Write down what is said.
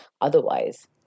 otherwise